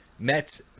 Mets